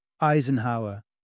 Eisenhower